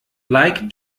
like